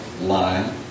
line